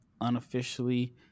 unofficially